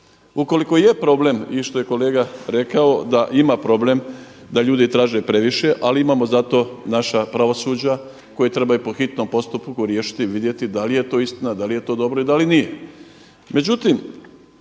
Ukoliko je problem i što je kolega rekao da ima problem da ljudi traže previše, ali imamo zato naša pravosuđa koji trebaju po hitnom postupku riješiti, vidjeti da li je to dobro i da li nije.